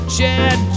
Chad